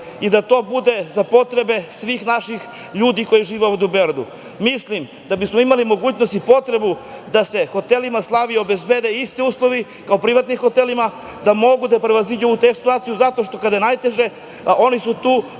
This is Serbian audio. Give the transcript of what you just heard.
i da to bude za potrebe svih naših ljudi koji žive ovde u Beogradu. Mislim da bi smo imali mogućnost i potrebu da se hotelima „Slavija“ obezbede isti uslovi kao i privatnim hotelima, da mogu da prevaziđu ovu tešku situaciju zato što kada je najteže oni su tu